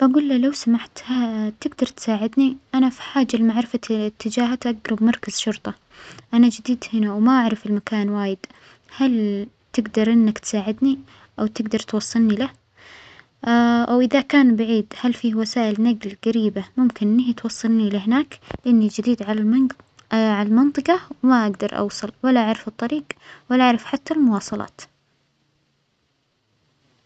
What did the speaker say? بجوله لو سمحت هااتجدر تساعدنى أنا في حاجة لمعرفة إتجاهات أجرب مركز شرطة، أنا جديد هنا وما أعرف المكان وايد، هل تجدر إنك تساعدنى؟ أو تجدر توصلنى له، أ-أو إذا كان بعديد هل في وسائل نجل جريبة ممكن أن هى توصلني إلى هناك؟ لأنى جديد على المنج-أ-على المنطجة وما أجدر أوصل ولا أعرف الطريج ولا أعرف حتى المواصلات.